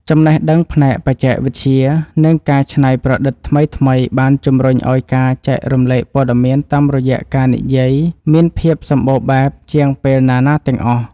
ចំណេះដឹងផ្នែកបច្ចេកវិទ្យា និងការច្នៃប្រឌិតថ្មីៗបានជំរុញឱ្យការចែករំលែកព័ត៌មានតាមរយៈការនិយាយមានភាពសម្បូរបែបជាងពេលណាៗទាំងអស់។